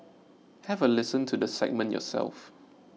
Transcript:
have a listen to the segment yourself